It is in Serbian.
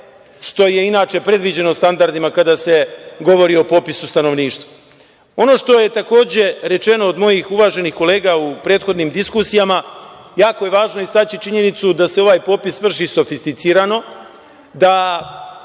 što je inače predviđeno standardima kada se govori o popisu stanovništva. Ono što je takođe rečeno od mojih uvaženih kolega u prethodnim diskusijama jeste da je jako važno istaći činjenicu da se ovaj popis vrši i sofisticirano, da